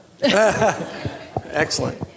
Excellent